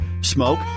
smoke